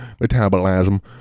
metabolism